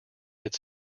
its